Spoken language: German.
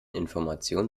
informationen